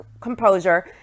composure